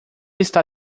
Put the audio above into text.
está